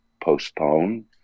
postpone